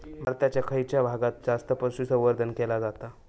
भारताच्या खयच्या भागात जास्त पशुसंवर्धन केला जाता?